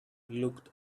looked